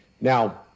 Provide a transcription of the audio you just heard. Now